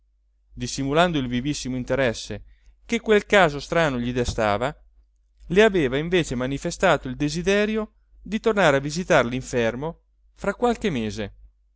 speranza dissimulando il vivissimo interesse che quel caso strano gli destava le aveva invece manifestato il desiderio di tornare a visitar l'infermo fra qualche mese